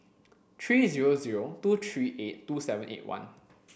three zero zero two three eight two seven eight one